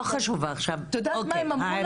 זה לא חשוב שמות עכשיו, אוקי העירייה.